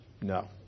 No